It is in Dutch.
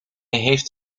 heeft